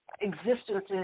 existence